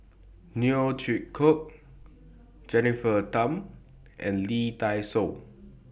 Neo Chwee Kok Jennifer Tham and Lee Dai Soh